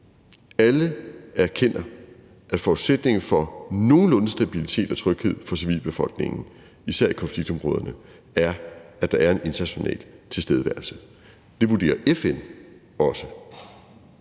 Alle erkender, at forudsætningen for nogenlunde stabilitet og tryghed for civilbefolkningen, især i konfliktområderne, er, at der er en international tilstedeværelse. Det vurderer FN også.